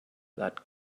that